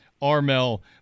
Armel